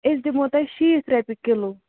أسۍ دِمو تۅہہِ شیٖتھ رۄپیہِ کلِو